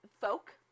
Folk